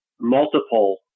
multiple